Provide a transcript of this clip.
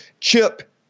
chip